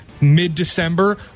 mid-December